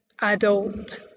adult